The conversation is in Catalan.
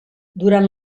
durant